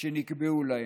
שנקבעו להם.